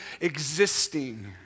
existing